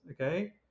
okay